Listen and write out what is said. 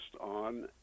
on